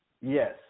Yes